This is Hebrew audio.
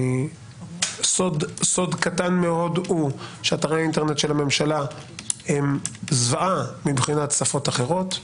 סוד קטן מאוד הוא שאתרי האינטרנט של הממשלה הם זוועה מבחינת שפות אחרות,